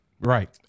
Right